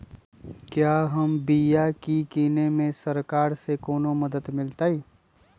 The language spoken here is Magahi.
क्या हम बिया की किने में सरकार से कोनो मदद मिलतई?